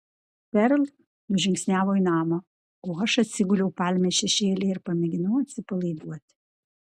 perl nužingsniavo į namą o aš atsiguliau palmės šešėlyje ir pamėginau atsipalaiduoti